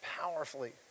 powerfully